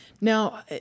Now